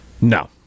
No